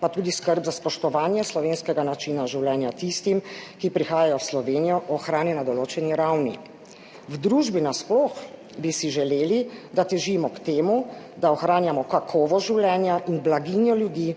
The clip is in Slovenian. pa tudi skrb za spoštovanje slovenskega načina življenja tistim, ki prihajajo v Slovenijo, ohrani na določeni ravni. V družbi nasploh bi si želeli, da težimo k temu, da ohranjamo kakovost življenja in blaginjo ljudi